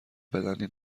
بدنی